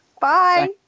Bye